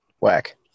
whack